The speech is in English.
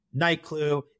Nightclue